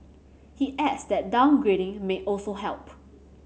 he adds that downgrading may also help